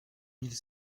mille